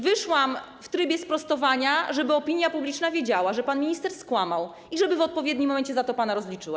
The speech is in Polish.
Wyszłam w trybie sprostowania, żeby opinia publiczna wiedziała, że pan minister skłamał, i żeby w odpowiednim momencie pana z tego rozliczyła.